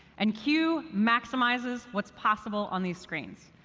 and q maximizes what's possible on these screens.